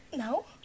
No